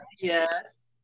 Yes